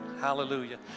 Hallelujah